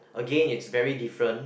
again it's very different